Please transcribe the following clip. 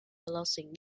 belasting